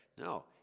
no